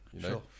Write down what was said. Sure